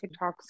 TikToks